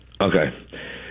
Okay